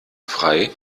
frei